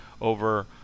over